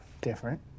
different